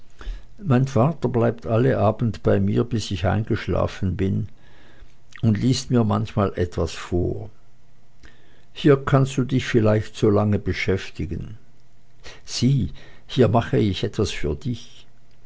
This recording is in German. mein vater bleibt alle abend bei mir bis ich eingeschlafen bin und liest mir manchmal etwas vor hier kannst du dich vielleicht so lange beschäftigen sieh hier mache ich etwas für dich